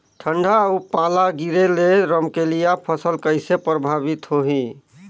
ठंडा अउ पाला गिरे ले रमकलिया फसल कइसे प्रभावित होही?